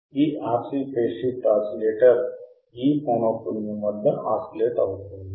ఈ RC phase shift oscillator ఈ పౌనఃపున్యం వద్ద ఆసిలేట్ అవుతుంది